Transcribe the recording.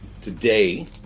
today